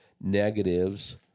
negatives